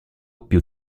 più